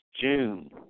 June